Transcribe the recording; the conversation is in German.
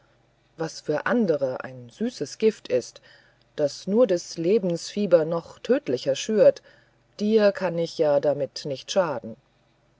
was für andere ein süßes gift ist das nur des lebens fieber noch tödlicher schürt dir kann ich ja damit doch nicht schaden